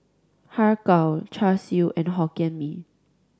Har Kow Char Siu and Hokkien Mee